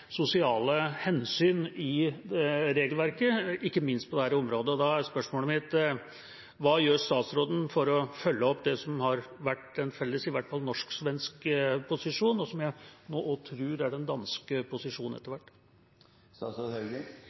sosiale hensyn i regelverket, ikke minst på dette området. Da er spørsmålet mitt: Hva gjør statsråden for å følge opp det som i hvert fall har vært en felles norsk-svensk posisjon, og som jeg også tror etter hvert er den danske posisjonen?